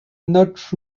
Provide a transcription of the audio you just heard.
not